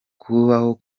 kubaho